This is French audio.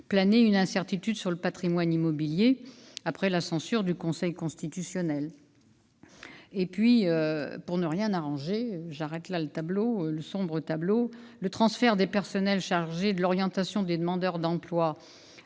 dit, une incertitude planait sur le patrimoine immobilier de l'AFPA après la censure du Conseil constitutionnel. Enfin, pour ne rien arranger- et j'arrêterai là ce sombre tableau -, le transfert des personnels chargés de l'orientation des demandeurs d'emploi